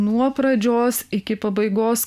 nuo pradžios iki pabaigos